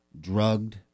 drugged